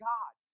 God